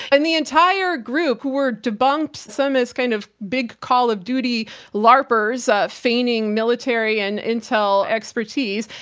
and the entire group who were debunked, some as kind of big call of duty laprers feigning military and intel expertise,